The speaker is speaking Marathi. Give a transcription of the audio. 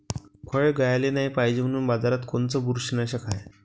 फळं गळाले नाही पायजे म्हनून बाजारात कोनचं बुरशीनाशक हाय?